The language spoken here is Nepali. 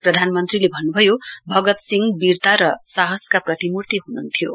प्रधानमन्त्रीले भन्नुभयो भगत सिंह वीरता र साहसका प्रतिमूर्ति हुनुहुन्थ्यो